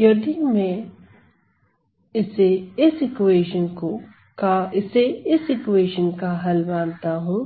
यदि मैं इसे इस इक्वेशन का हल मानता हूं